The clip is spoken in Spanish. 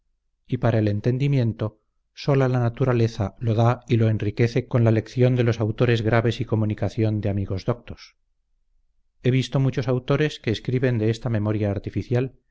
y para el entendimiento sola la naturaleza lo da y lo enriquece con la lección de los autores graves y comunicación de amigos doctos he visto muchos autores que escriben de esta memoria artificial